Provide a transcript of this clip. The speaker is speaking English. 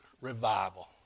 revival